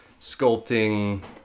sculpting